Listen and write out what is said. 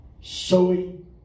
sowing